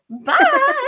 Bye